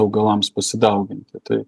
augalams pasidauginti tai